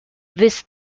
this